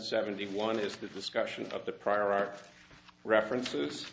seventy one is the discussion of the prior art references